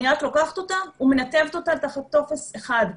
אני רק לוקחת אותה ומנתבת אותה תחת טופס אחד,